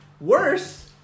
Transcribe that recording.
Worse